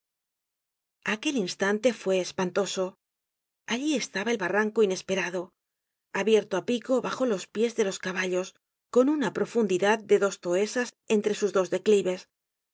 aquel instante fue espantoso allí estaba el barranco inesperado abierto á pico bajo los pies de los caballos con una profundidad de dos toesas entre sus dos declives